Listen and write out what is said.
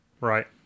Right